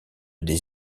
des